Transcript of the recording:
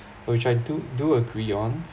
which I do do agree on